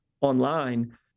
online